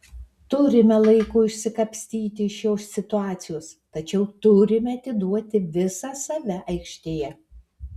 turime laiko išsikapstyti iš šios situacijos tačiau turime atiduoti visą save aikštėje